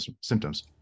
symptoms